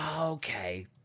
Okay